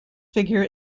figure